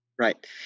Right